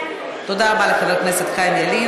תודה רבה לחבר הכנסת חיים ילין.